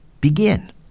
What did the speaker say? begin